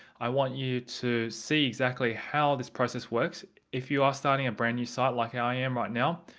i want you to see exactly how this process works if you are starting a brand new site like i am right now,